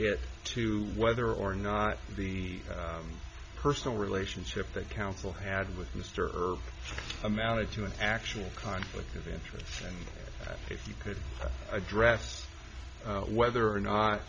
it to whether or not the personal relationship that counsel had with mr amounted to an actual conflict of interests if you could address whether or not